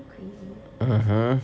are you crazy